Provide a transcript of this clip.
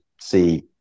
see